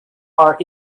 are